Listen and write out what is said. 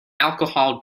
alcohol